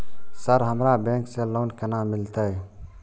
Sir हमरा bank से loan केना मिलते?